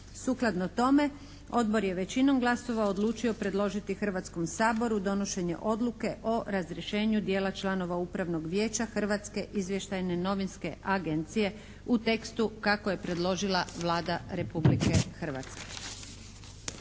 Sukladno tome Odbor je većinom glasova odlučio predložiti Hrvatskom saboru donošenje Odluke o razrješenju dijela članova Upravnog vijeća Hrvatske izvještajne novinske agencije u tekstu kako je predložila Vlada Republike Hrvatske.